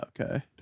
Okay